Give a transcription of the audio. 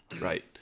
Right